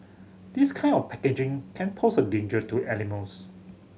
this kind of packaging can pose a danger to animals